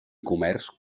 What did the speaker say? comerç